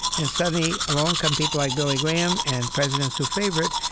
and suddenly along come people like billy graham and presidents who favor it,